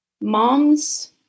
mom's